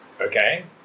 Okay